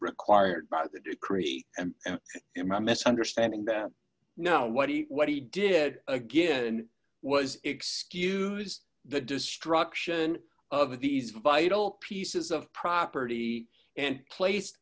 required by the decree in my misunderstanding that no what he what he did again was excused the destruction of these vital pieces of property and place